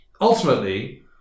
ultimately